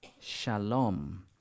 Shalom